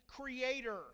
creator